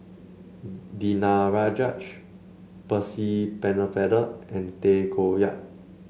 Danaraj Percy Pennefather and Tay Koh Yat